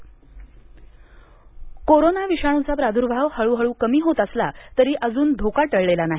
रक्षा कवच कोरोना विषाणुचा प्राद्भाव हळूहळू कमी होत असला तरी अजून धोका टळलेला नाही